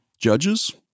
Judges